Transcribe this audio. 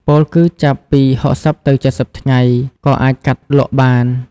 ពោលគឺចាប់ពី៦០ទៅ៧០ថ្ងៃ ក៏អាចកាត់លក់បាន។